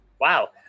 wow